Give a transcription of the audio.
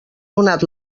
donat